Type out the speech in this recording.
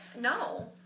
No